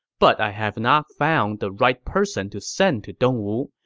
but i haven't ah found the right person to send to dongwu,